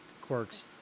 quirks